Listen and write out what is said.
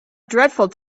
dreadful